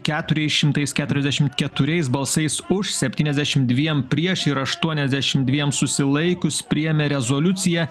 keturiais šimtais keturiasdešimt keturiais balsais už septyniasdešim dviem prieš ir aštuoniasdešim dviem susilaikius priėmė rezoliuciją